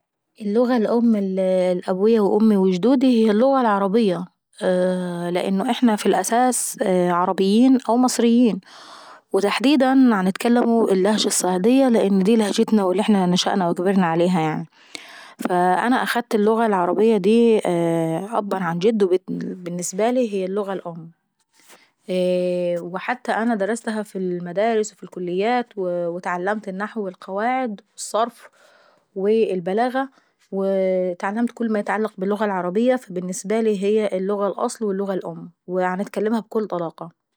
اللغة الأم لابويا وامي وجدودي هي اللغة العربية. لان احنا في الأساس عربيين، ومصريين وتحديدا بنتكلموا اللهجة الصعيدية لأن دي لهجتنا اللي احنا كبرنا ونشأنا عليها يعنيا. انا اخدت اللغة العربية دي أبًا عن جد فالبنسبة لي هي اللغة الأم. وحتى انا درستها في المدراس والكليات واتعلمت النحو والقواعد والصرف والبلاغة. واتعلمت كل ما يتعلق باللغة العربية فالنسبة لي هي الأصل وهي الأم وباتكلمها بكل طلاقة.